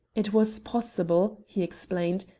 it was possible, he explained,